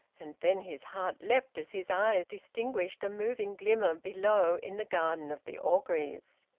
and then his heart leapt as his eye distinguished a moving glimmer below in the garden of the orgreaves.